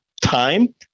time